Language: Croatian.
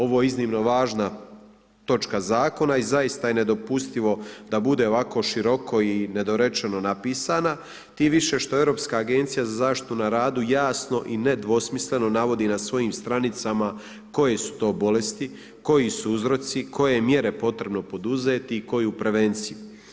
Ovo je iznimno važna točka zakona i zaista je nedopustivo da bude ovako široko i nedorečeno napisana, tim više što je Europska agencija za zaštitu na radu jasno i nedvosmisleno navodi na svojim stranicama koje su to bolesti, koji su uzroci, koje mjere je potrebno poduzeti i koju prevenciju.